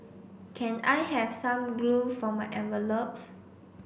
can I have some glue for my envelopes